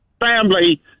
family